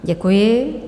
Děkuji.